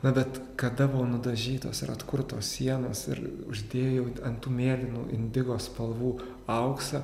na bet kada buvo nudažytos ir atkurtos sienos ir uždėjo ant tų mėlynų indigo spalvų auksą